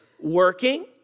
working